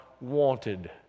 wanted